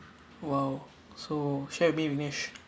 !wow! so share with me vinesh